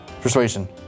Persuasion